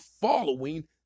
following